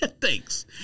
Thanks